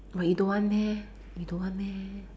but you don't want meh you don't want meh